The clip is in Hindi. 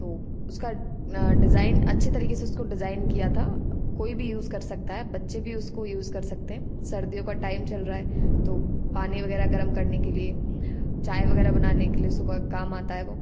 तो उसका अ डिज़ाइन अच्छे तरीके से उसको डिज़ाइन किया था कोई भी यूज़ कर सकता है बच्चे भी उसको यूज़ कर सकते हैं सर्दियों का टाइम चल रहा है तो पानी वगैरह गरम करने के लिए चाय वगैरह बनाने के लिए सुबह काम आता है वो